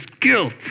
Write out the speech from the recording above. guilt